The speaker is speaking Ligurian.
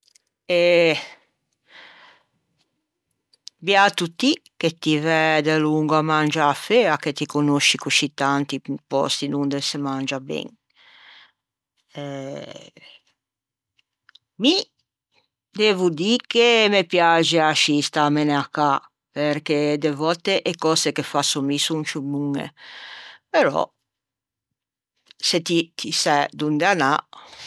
e beato ti che ti væ delongo à mangiâ feua che ti conosci coscì tanti pòsti donde se mangia ben. Mi devo dî che me piaxe ascì stâmene à cà perché de vòtte e cöse che fasso mi son ciù boñe però se ti ti sæ donde anâ…